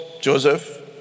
Joseph